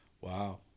wow